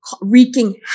wreaking